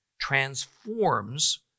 transforms